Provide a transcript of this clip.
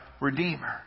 Redeemer